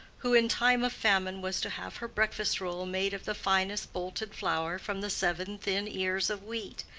who in time of famine was to have her breakfast-roll made of the finest-bolted flour from the seven thin ears of wheat,